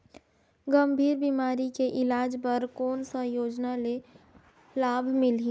गंभीर बीमारी के इलाज बर कौन सा योजना ले लाभ मिलही?